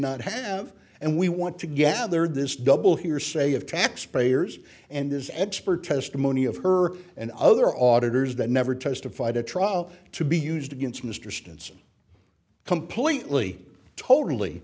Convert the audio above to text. not have and we want to gather this double hearsay of taxpayers and this expert testimony of her and other auditor's that never testified at trial to be used against mr stenson completely totally